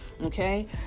Okay